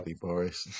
Boris